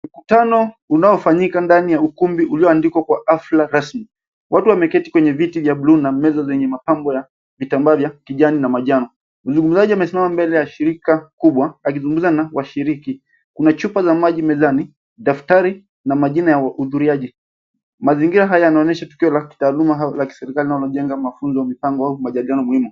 Mkutano unaofanyika ndani ya ukumbi ulioandikwa kwa hafla rasmi. Watu wameketi kwenye viti vya (cs) blue (cs) na meza zenye mapambo ya vitambaa vya kijani na manjano. Mzungumzaji amesimama mbele ya shirika kubwa akizungumza na washiriki. Kuna chupa za maji mezani, daftari na majina ya wahudhuriaji. Mazingira haya yanaonyesha tukio la kitaaluma la kiserikali wanaojenga mafunzo na mipango ya majadiliano muhimu.